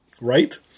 Right